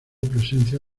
presencia